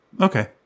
okay